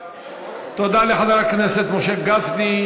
תודה לחבר הכנסת משה גפני.